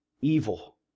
evil